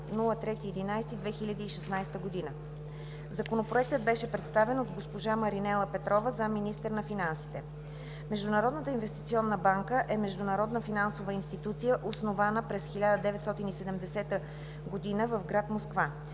2016 г. Законопроектът беше представен от госпожа Маринела Петрова – заместник-министър на финансите. Международната инвестиционна банка е международна финансова институция, основана през 1970 г. в гр. Москва.